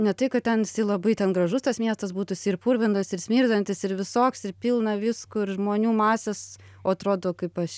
ne tai kad ten jisai labai ten gražus tas miestas būtų jisai ir purvinas ir smirdantis ir visoks ir pilna visko ir žmonių masės o atrodo kaip aš